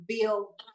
Bill